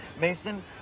Mason